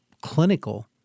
clinical